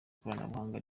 ikoranabuhanga